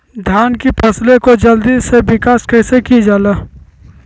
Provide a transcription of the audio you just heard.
धान की फसलें को जल्दी से विकास कैसी कि जाला?